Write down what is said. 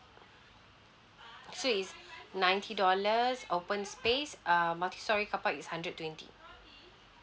so is ninety dollars open space err multi storey carpark is hundred twenty